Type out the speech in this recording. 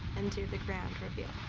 and do the grand reveal.